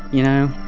you know.